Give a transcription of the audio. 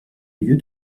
lieu